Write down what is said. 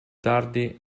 tardi